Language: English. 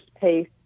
pace